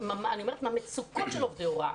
בגלל המצוקות של עובדי הוראה.